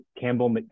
Campbell